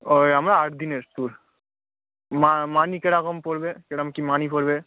ওই আমরা আট দিনের ট্যুর মানি কীরকম পড়বে কেরম কী মানি পড়বে